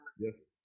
Yes